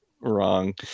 Wrong